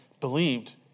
believed